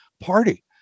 party